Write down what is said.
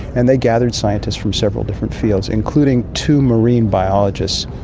and they gathered scientists from several different fields including two marine biologists.